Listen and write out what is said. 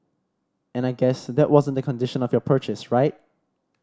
and I guess that wasn't the condition of your purchase right